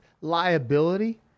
liability